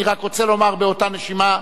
אני רק רוצה לומר באותה נשימה,